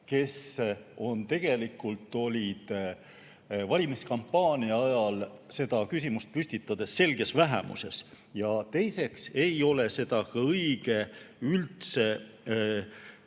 kes tegelikult olid valimiskampaania ajal seda küsimust püstitades selges vähemuses. Teiseks ei ole seda üldse